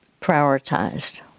prioritized